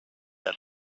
der